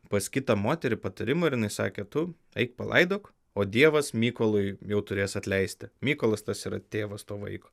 pas kitą moterį patarimo ir jinai sakė tu eik palaidok o dievas mykolui jau turės atleisti mykolas tas yra tėvas to vaiko